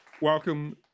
Welcome